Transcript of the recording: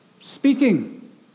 Speaking